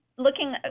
looking